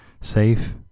safe